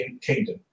Kingdom